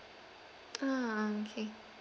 ah okay